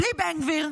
בלי בן גביר,